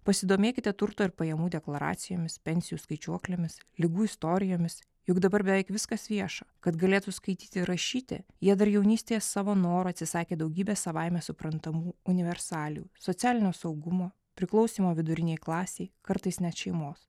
pasidomėkite turto ir pajamų deklaracijomis pensijų skaičiuoklėmis ligų istorijomis juk dabar beveik viskas vieša kad galėtų skaityti ir rašyti jie dar jaunystėje savo noru atsisakė daugybės savaime suprantamų universalijų socialinio saugumo priklausymo vidurinei klasei kartais net šeimos